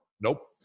Nope